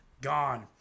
gone